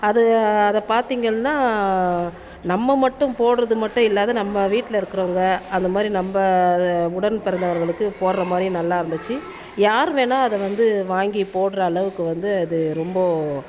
அது அதை பார்த்தீங்கன்னா நம்ம மட்டும் போடுறது மட்டும் இல்லாம நம்ம வீட்டில் இருக்கிறவங்க அந்தமாதிரி நம்ம உடன் பிறந்தவர்களுக்கு போடுற மாதிரி நல்லா இருந்துச்சு யார் வேணுணா அதை வந்து வாங்கி போடுற அளவுக்கு வந்து அது ரொம்ப